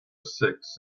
six